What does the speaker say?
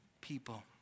people